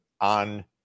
on